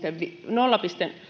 nolla